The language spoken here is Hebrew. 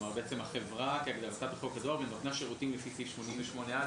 החברה כהגדרתה בחוק הדואר בנותנה שירותים לפי סעיף 88(א),